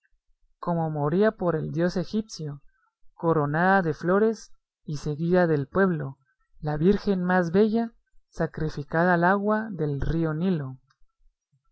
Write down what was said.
como moría por el dios egipcio coronada de flores y seguida del pueblo la virgen más bella sacrificada al agua del río nilo